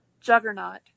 juggernaut